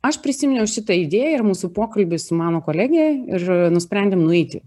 aš prisiminiau šitą idėją ir mūsų pokalbis su mano kolege ir nusprendėm nueiti